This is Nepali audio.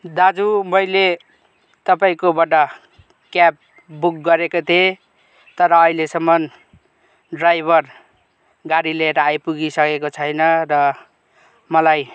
दाजु मैले तपाईँकोबाट क्याब बुक गरेको थिएँ तर अहिलेसम्म ड्राइभर गाडी लिएर आइपुगिसकेको छैन र मलाई